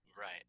Right